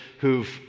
who've